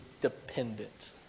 dependent